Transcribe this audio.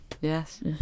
Yes